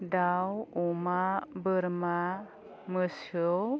दाउ अमा बोरमा मोसौ